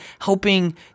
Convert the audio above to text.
helping